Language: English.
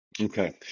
Okay